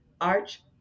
Arch